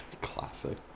Classic